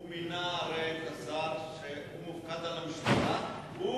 הוא הרי מינה את השר שמופקד על המשטרה,